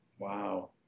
Wow